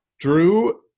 Drew